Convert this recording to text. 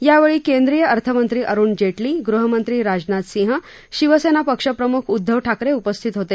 यावेळी केंद्रीय अर्थमंत्री अरूण जेटली गृह मंत्री राजनाथ सिंह शिवसेना पक्षप्रम्ख उदधव ठाकरे उपस्थित होते